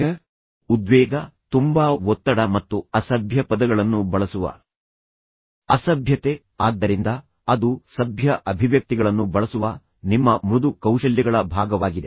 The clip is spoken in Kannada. ಭಯ ಉದ್ವೇಗ ತುಂಬಾ ಒತ್ತಡ ಮತ್ತು ಅಸಭ್ಯ ಪದಗಳನ್ನು ಬಳಸುವ ಅಸಭ್ಯತೆ ಆದ್ದರಿಂದ ಅದು ಸಭ್ಯ ಅಭಿವ್ಯಕ್ತಿಗಳನ್ನು ಬಳಸುವ ನಿಮ್ಮ ಮೃದು ಕೌಶಲ್ಯಗಳ ಭಾಗವಾಗಿದೆ